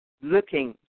looking